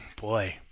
boy